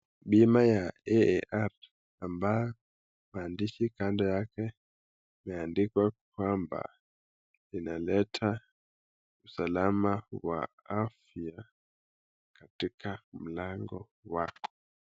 Bima ya AAR ambayo maandishi kando yake imeandikwa kwamba inaleta usalama wa afya katika mlango wako.